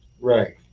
Right